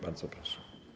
Bardzo proszę.